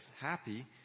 happy